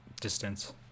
distance